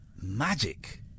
magic